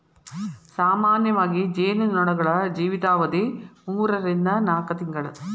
ಸಾಮಾನ್ಯವಾಗಿ ಜೇನು ನೊಣಗಳ ಜೇವಿತಾವಧಿ ಮೂರರಿಂದ ನಾಕ ತಿಂಗಳು